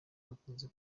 bakunze